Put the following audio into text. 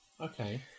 Okay